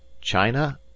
china